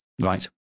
Right